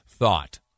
Thought